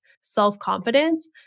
self-confidence